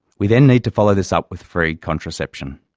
we then need to follow this up with free contraception.